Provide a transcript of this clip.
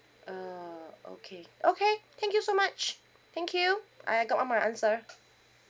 uh okay okay thank you so much thank you I I got all my answer